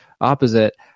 opposite